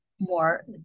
more